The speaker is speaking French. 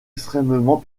extrêmement